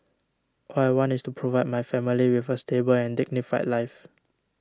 all I want is to provide my family with a stable and dignified life